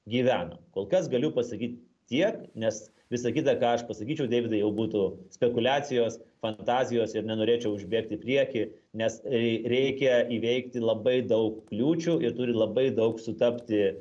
gyvenam kol kas galiu pasakyt tiek nes visa kita ką aš pasakyčiau deividai jau būtų spekuliacijos fantazijos ir nenorėčiau užbėgt į priekį nes reikia įveikti labai daug kliūčių ir turi labai daug sutapti